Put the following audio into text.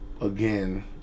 Again